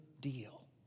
deal